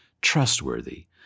trustworthy